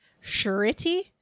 surety